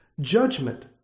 Judgment